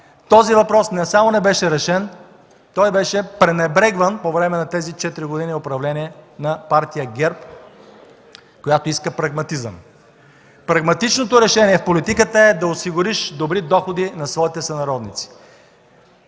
Той не само не беше решен, той беше пренебрегван по време на тези четири години управление на Партия „ГЕРБ”, която иска прагматизъм. Прагматичното решение в политиката е да осигуриш добри доходи на своите сънародници.